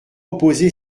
opposer